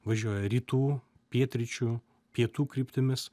važiuoja rytų pietryčių pietų kryptimis